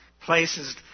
places